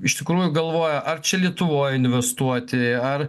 iš tikrųjų galvoja ar čia lietuvoj investuoti ar